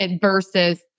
versus